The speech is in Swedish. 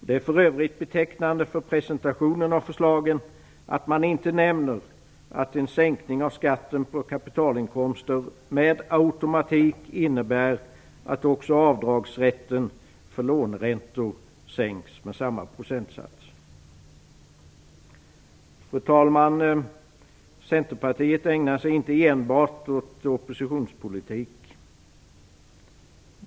Det är för övrigt betecknande för presentationen av förslagen att man inte nämner att en sänkning av skatten på kapitalinkomster med automatik innebär att även avdragsrätten för låneräntor sänks med samma procentsats. Fru talman! Centerpartiet ägnar sig inte enbart åt oppositionspolitik.